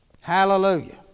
Hallelujah